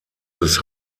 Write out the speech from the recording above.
des